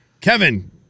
Kevin